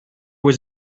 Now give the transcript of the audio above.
was